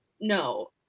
no